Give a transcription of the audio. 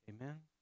Amen